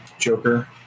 Joker